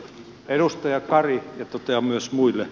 edustaja kari ja totean myös muille